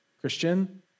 Christian